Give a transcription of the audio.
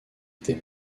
était